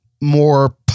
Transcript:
more